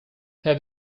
have